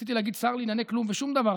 רציתי להגיד שר לענייני כלום ושם דבר,